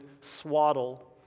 swaddle